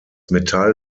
metall